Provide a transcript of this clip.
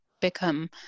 become